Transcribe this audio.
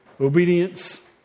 Obedience